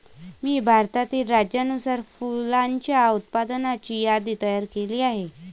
मी भारतातील राज्यानुसार फुलांच्या उत्पादनाची यादी तयार केली आहे